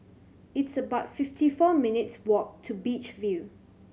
it's about fifty four minutes' walk to Beach View